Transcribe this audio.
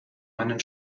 einen